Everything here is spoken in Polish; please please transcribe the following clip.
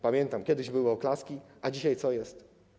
Pamiętam, że kiedyś były oklaski, a dzisiaj co jest?